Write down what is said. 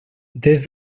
des